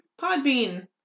Podbean